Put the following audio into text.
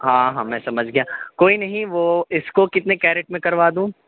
ہاں ہاں میں سمجھ گیا کوئی نہیں وہ اِس کو کتنے کیرٹ میں کروا دوں